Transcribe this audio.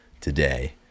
today